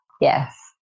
Yes